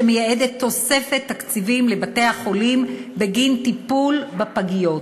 שמייעדת תוספת תקציבים לבתי-החולים בגין טיפול בפגיות,